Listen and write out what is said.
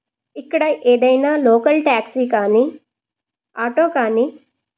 ఇక్కడ ఏదైనా local taxi కానీ ఆటో కానీ